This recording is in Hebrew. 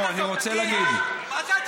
לא, אני רוצה להגיד, מה זה הצביעות הזאת?